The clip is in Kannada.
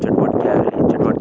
ಚಟುವಟಿಕೆ ಆಗಲಿ ಚಟುವಟಿಕೆ ಆಗಲಿ